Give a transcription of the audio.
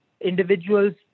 individuals